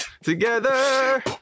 together